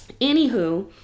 anywho